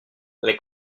les